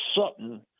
Sutton